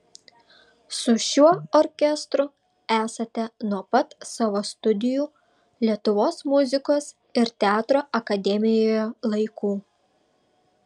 su šiuo orkestru esate nuo pat savo studijų lietuvos muzikos ir teatro akademijoje laikų